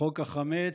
חוק החמץ,